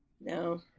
No